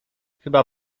chyba